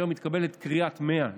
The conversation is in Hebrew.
כאשר מתקבלת קריאת 100,